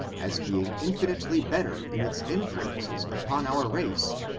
as being infinitely better in its influences upon our race,